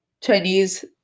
Chinese